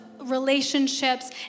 relationships